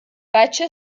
بچه